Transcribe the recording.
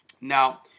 Now